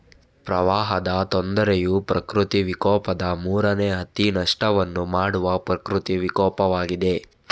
ಪ್ರವಾಹದ ತೊಂದರೆಯು ಪ್ರಕೃತಿ ವಿಕೋಪದ ಮೂರನೇ ಅತಿ ನಷ್ಟವನ್ನು ಮಾಡುವ ಪ್ರಕೃತಿ ವಿಕೋಪವಾಗಿದೆ